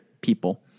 people